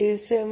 236